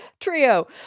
trio